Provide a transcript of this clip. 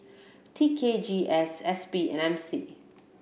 T K G S S P and M C